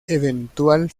eventual